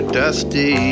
dusty